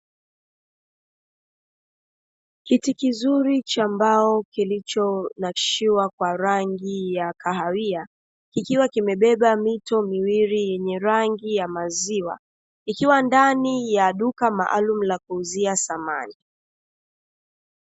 Kiti kizuri cha mbao kilicho nakshiwa kwa rangi ya kahawia, kikiwa kimebeba mito miwili yenye rangi ya maziwa, ikiwa ndani ya duka maalumu la kuuzia samani.